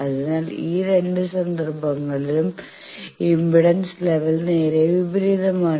അതിനാൽ ഈ രണ്ട് സന്ദർഭങ്ങളിലും ഇംപെഡൻസ് ലെവൽ നേരെ വിപരിതമാണ്